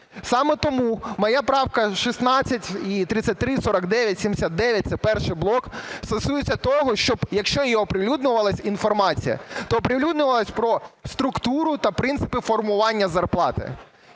Саме тому мої правки 16 і 33, 49, 79 – це перший блок, стосуються того, щоб якщо і оприлюднювалась інформація, то оприлюднювалась про структуру та принципи формування зарплати.